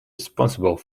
responsible